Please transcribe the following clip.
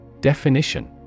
Definition